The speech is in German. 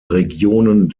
regionen